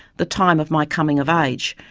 the time of my coming of age,